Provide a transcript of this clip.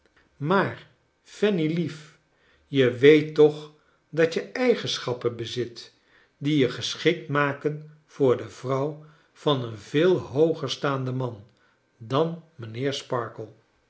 maar fannylief je weet toch dat je eigenschappen bezit die je geschikt maken voor de vrouw van een veel hooger staanden man dan mijnheer sparkler